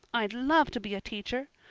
i'd love to be a teacher.